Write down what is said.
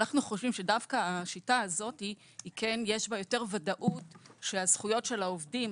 אנחנו חושבים שדווקא השיטה הזאת יש בה יותר ודאות שהזכויות של העובדים